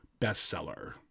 bestseller